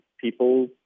people